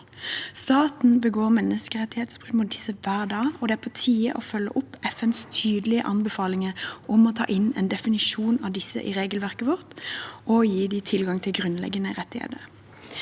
Staten begår menneskerettighetsbrudd mot disse hver dag, og det er på tide å følge opp FNs tydelige anbefalinger om å ta inn en definisjon av disse i regelverket vårt, og å gi dem tilgang til grunnleggende rettigheter.